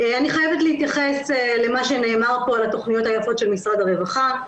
אני חייבת להתייחס למה שנאמר פה על התוכניות היפות של משרד הרווחה.